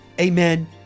amen